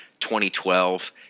2012